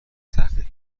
تحقیق